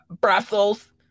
Brussels